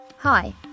Hi